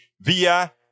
via